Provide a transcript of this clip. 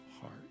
heart